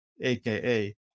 aka